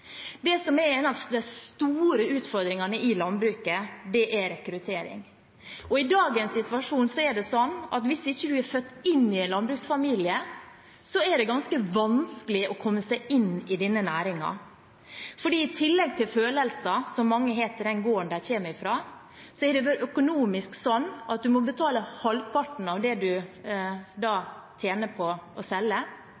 Det som er en av de store utfordringene i landbruket, er rekruttering. I dagens situasjon er det slik at hvis en ikke er født inn i en landbruksfamilie, er det ganske vanskelig å komme seg inn i denne næringen. I tillegg til følelser, som mange har, knyttet til den gården de kommer fra, har det økonomisk sett vært slik at en må betale halvparten i skatt av det en tjener på å selge